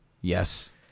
Yes